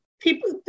people